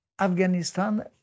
Afghanistan